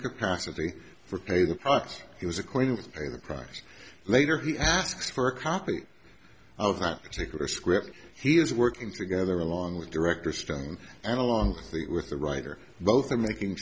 capacity for pay that he was acquainted with pay the price later he asks for a copy of that particular script he is working together along with director stone and along with the writer both are making